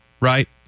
Right